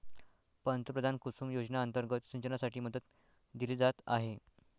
पंतप्रधान कुसुम योजना अंतर्गत सिंचनासाठी मदत दिली जात आहे